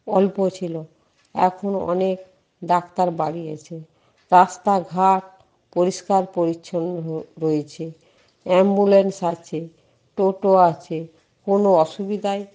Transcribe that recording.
অল্প ছিলো এখন অনেক ডাক্তার বাড়িয়েছে রাস্তাঘাট পরিষ্কার পরিছন্ন হ রয়েছে অ্যাম্বুলেন্স আছে টোটো আছে কোনো অসুবিদাই